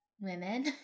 women